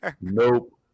Nope